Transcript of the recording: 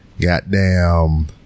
Goddamn